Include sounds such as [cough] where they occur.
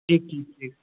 [unintelligible]